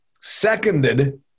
seconded